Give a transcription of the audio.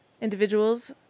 individuals